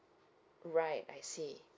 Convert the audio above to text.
right I see